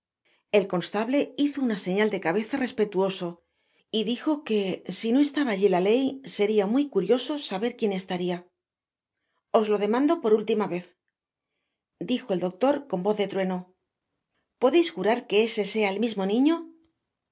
el constable hizo una señal de cabeza respetuoso y dijo que si no estaba alli la ley seria muy curioso saber quien estaria os lo demando por última vez dijo el doctor con voz de trueno podeis jurar que ese sea el mismo niño